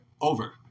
over